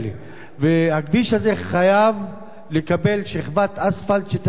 הכביש הזה חייב לקבל שכבת אספלט כדי שהוא